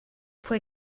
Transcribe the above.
fue